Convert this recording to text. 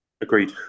Agreed